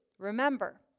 Remember